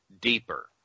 deeper